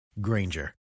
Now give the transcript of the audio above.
Granger